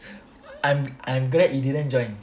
I'm I'm glad he didn't join